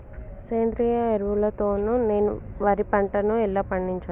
సేంద్రీయ ఎరువుల తో నేను వరి పంటను ఎలా పండించాలి?